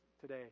today